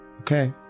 okay